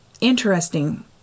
interesting